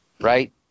right